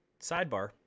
sidebar